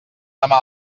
demà